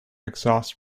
exhaust